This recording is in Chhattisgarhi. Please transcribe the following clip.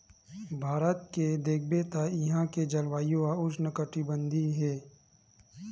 भारत के देखबे त इहां के जलवायु ह उस्नकटिबंधीय हे